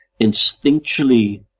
instinctually